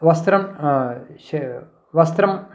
वस्त्रं श वस्त्रम्